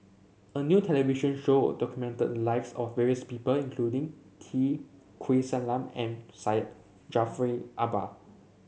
a new television show documented the lives of various people including T Kulasekaram and Syed Jaafar Albar